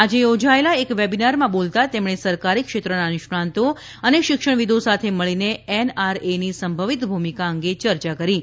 આજે યોજાએલા એક વેબિનારમાં બોલતાં તેમણે સરકારી ક્ષેત્રના નિષ્ણાતો અને શિક્ષણવિદો સાથે મળીને એનઆરએની સંભવિત ભૂમિકા વિશે ચર્ચા કરી હતી